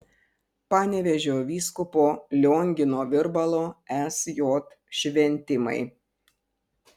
panevėžio vyskupo liongino virbalo sj šventimai